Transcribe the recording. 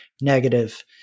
negative